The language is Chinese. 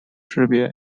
识别